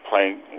Playing